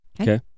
Okay